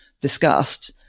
discussed